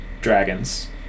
dragons